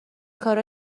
کارا